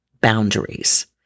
boundaries